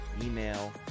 email